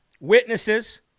witnesses